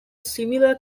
similar